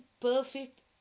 perfect